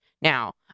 Now